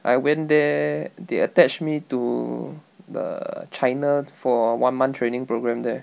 I went there they attach me to the china for one month training programme there